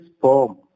form